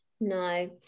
no